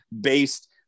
based